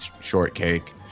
shortcake